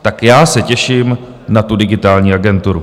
Tak já se těším na tu Digitální agenturu.